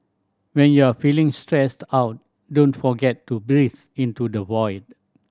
when you are feeling stressed out don't forget to breathe into the void